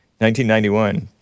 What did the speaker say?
1991